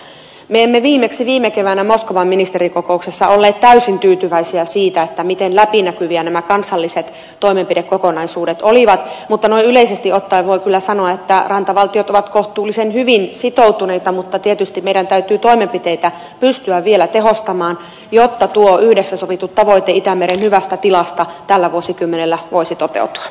me emme viimeksi viime keväänä moskovan ministerikokouksessa olleet täysin tyytyväisiä siihen miten läpinäkyviä nämä kansalliset toimenpidekokonaisuudet olivat mutta noin yleisesti ottaen voi kyllä sanoa että rantavaltiot ovat kohtuullisen hyvin sitoutuneita mutta tietysti meidän täytyy toimenpiteitä pystyä vielä tehostamaan jotta tuo yhdessä sovittu tavoite itämeren hyvästä tilasta tällä vuosikymmenellä voisi toteutua